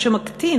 מה שמקטין